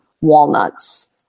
walnuts